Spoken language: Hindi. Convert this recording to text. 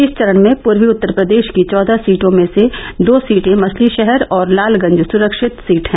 इस चरण में पूर्वी उत्तर प्रदेश की चौदह सीटों में से दो सीटें मछलीषहर और लालगंज सुरक्षित सीट हैं